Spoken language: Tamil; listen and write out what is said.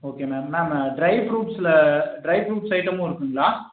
ஓகே மேம் மேம் ட்ரை ஃப்ரூட்ஸில் ட்ரை ஃப்ரூட்ஸ் ஐட்டமும் இருக்குங்களா